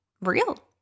real